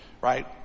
right